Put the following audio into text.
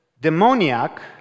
demoniac